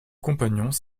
compagnons